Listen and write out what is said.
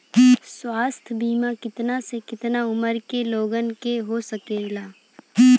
स्वास्थ्य बीमा कितना से कितना उमर के लोगन के हो सकेला?